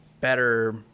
better